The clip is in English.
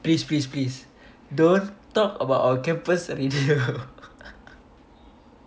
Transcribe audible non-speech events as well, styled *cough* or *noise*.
please please please don't talk about our campus radio *laughs*